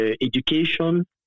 education